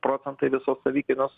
procentai viso savikainos